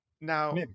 Now